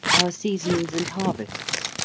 our seasons and harvests